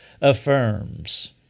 affirms